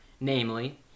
Namely